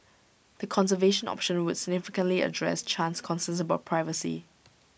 the conservation option would significantly address Chan's concerns about privacy